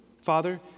Father